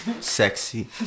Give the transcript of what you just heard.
sexy